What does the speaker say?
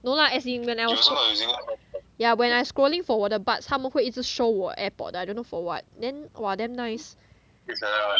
no lah as in when I was yeah when I scrolling for 我的 buds 他们会一直 show 我 airpod I don't know for what then !wah! damn nice